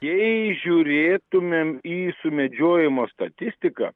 jei žiūrėtumėm į sumedžiojimo statistiką